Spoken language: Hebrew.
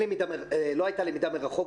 לא הייתה למידה מרחוק,